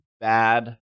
bad